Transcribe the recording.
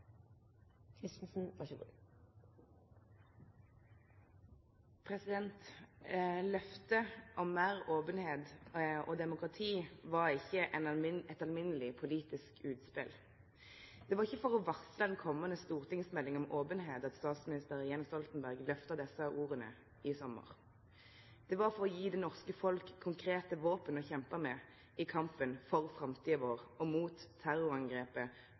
om meir openheit og demokrati var ikkje eit alminneleg politisk utspel. Det var ikkje for å varsle ei komande stortingsmelding om openheit at statsminister Jens Stoltenberg lyfta desse orda i sommar. Det var for å gje det norske folket eit konkret våpen å kjempe med i kampen for framtida vår og mot terrorangrepet